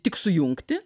tik sujungti